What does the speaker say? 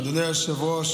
אדוני היושב-ראש,